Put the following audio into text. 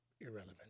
irrelevant